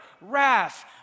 wrath